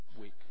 week